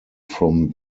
from